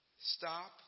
stop